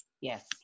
Yes